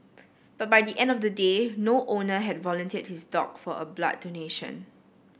but by the end of the day no owner had volunteered his dog for a blood donation